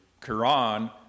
Quran